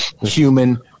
human